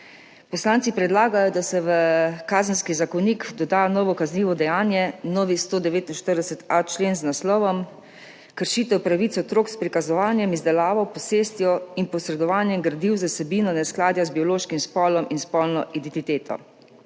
Poslanci predlagajo, da se v Kazenski zakonik doda novo kaznivo dejanje, novi 149.a člen z naslovom Kršitev pravic otrok s prikazovanjem, izdelavo, posestjo in posredovanjem gradiv z vsebino neskladja z biološkim spolom in spolno identiteto.